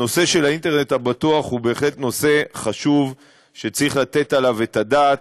הנושא של האינטרנט הבטוח הוא בהחלט נושא חשוב שצריך לתת עליו את הדעת,